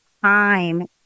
time